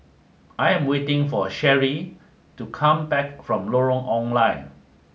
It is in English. I am waiting for Sherri to come back from Lorong Ong Lye